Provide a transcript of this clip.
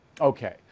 Okay